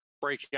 breakout